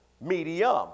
medium